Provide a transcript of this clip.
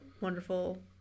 wonderful